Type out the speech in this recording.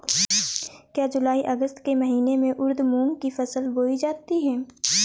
क्या जूलाई अगस्त के महीने में उर्द मूंग की फसल बोई जाती है?